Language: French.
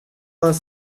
vingt